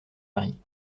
marie